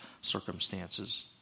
circumstances